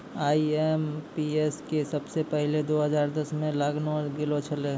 IMPS के सबसे पहिलै दो हजार दसमे लानलो गेलो छेलै